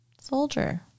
Soldier